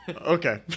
okay